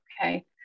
Okay